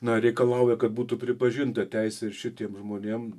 na reikalauja kad būtų pripažinta teisė ir šitiem žmonėm